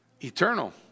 eternal